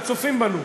וצופים בנו,